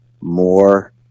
more